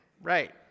right